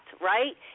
right